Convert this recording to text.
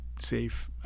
safe